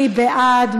מי בעד?